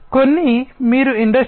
కొన్ని మీరు ఇండస్ట్రీ 3